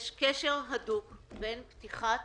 יש קשר הדוק בין פתיחת